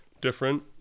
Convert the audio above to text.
different